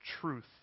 truth